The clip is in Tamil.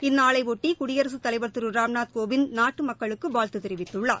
இந்நாளையொட்டி குடியரசுத் தலைவர் திரு ராம்நாத் கோவிந்த் நாட்டு மக்களுக்கு வாழ்த்து தெரிவித்துள்ளார்